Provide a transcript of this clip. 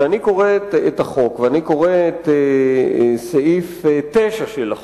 כשאני קורא את החוק ואני קורא את סעיף 9 של החוק,